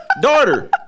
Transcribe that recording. Daughter